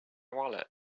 wallet